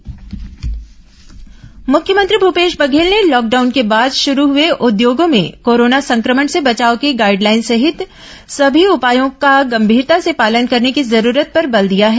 मुख्यमंत्री सुझाव मुख्यमंत्री भूपेश बघेल ने लॉकडाउन के बाद शुरू हुए उद्योगों में कोरोना संक्रमण से बचाव की गाइडलाइन सहित समी उपायों का गंभीरता से पालन करने की जरूरत पर बल दिया है